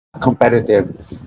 competitive